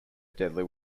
deadly